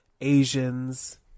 Asians